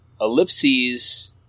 Ellipses